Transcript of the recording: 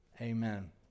Amen